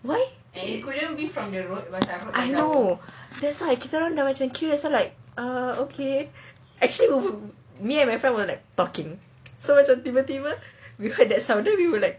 why would I know that's why kita orang dah macam curious then so like err okay actually me and my friend were like talking so macam we heard that sound then we were like